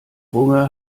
runge